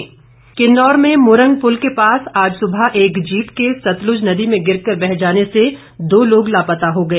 दुर्घटना किन्नौर में मूरंग पुल के पास आज सुबह एक जीप के सतलुज नदी में गिरकर बह जाने से दो लोग लापता हो गए